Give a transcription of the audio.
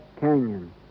Canyon